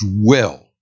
dwell